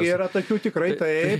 yra tokių tikrai taip